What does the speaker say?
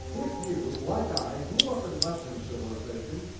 if you, like i, grew up in western civilization,